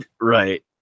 right